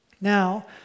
Now